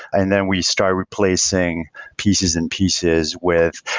and then we start replacing pieces and pieces with,